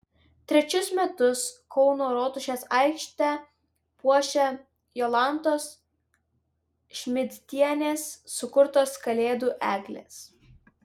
trečius metus kauno rotušės aikštę puošia jolantos šmidtienės sukurtos kalėdų eglės